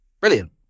brilliant